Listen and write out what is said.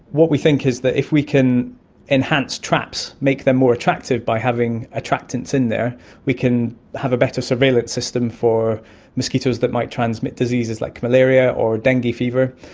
what we think is that if we can enhance traps, make them more attractive by having attractants in there, we can have a better surveillance system for mosquitoes that might transmit diseases like malaria or dengue fever,